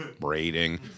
braiding